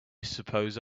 suppose